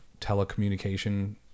telecommunication